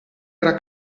era